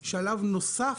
הווידיאו,